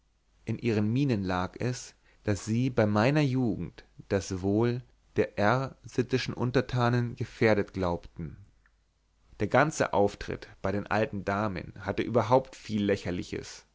in ihren mienen lag es daß sie bei meiner jugend das wohl der r sittenschen untertanen gefährdet glaubten der ganze auftritt bei den alten damen hatte überhaupt viel lächerliches